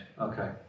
Okay